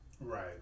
right